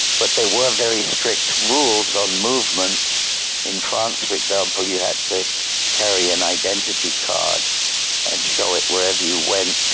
but there were very strict rules on movements in france, for example, you had to carry an identity card and show it wherever you went.